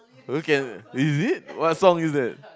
okay is it what song is that